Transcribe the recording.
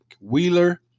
Wheeler